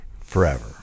forever